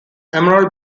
emerald